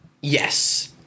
Yes